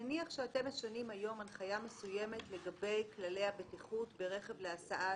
נניח שאתם משנים היום הנחיה מסוימת לגבי כללי הבטיחות ברכב להסעה